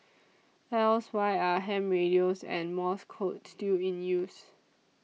else why are ham radios and Morse code still in use